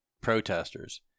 protesters